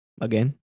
again